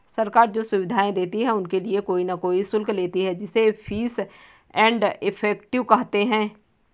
सरकार जो सुविधाएं देती है उनके लिए कोई न कोई शुल्क लेती है जिसे फीस एंड इफेक्टिव कहते हैं